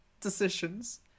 decisions